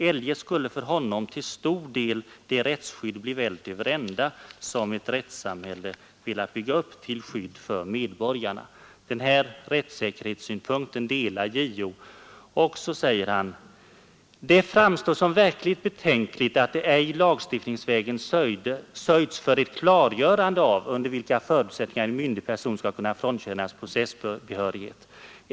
Eljest skulle för honom till stor del det rättsskydd bli vält över ända som ett rättssamhälle velat bygga upp till skydd för medborgarna.” Denna rättssäkerhetssynpunkt delar JO och uttalar: ”Det framstår som verkligt betänkligt att det ej lagstiftningsvägen sörjts för ett klargörande av under vilka förutsättningar en myndig person skall kunna frånkännas processbehörighet.